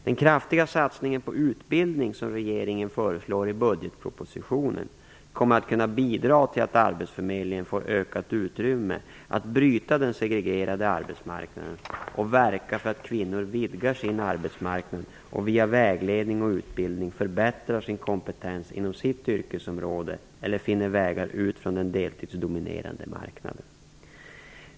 Den kraftiga satsningen på utbildning som regeringen föreslår i budgetpropositionen kommer att kunna bidra till att arbetsförmedlingarna får ökat utrymme att bryta den segregerade arbetsmarknaden och verka för att kvinnor vidgar sin arbetsmarknad och via vägledning och utbildning förbättrar sin kompetens inom sitt yrkesområde eller finner vägar ut från den deltidsdominerade marknaden.